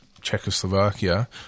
Czechoslovakia